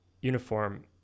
uniform